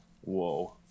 Whoa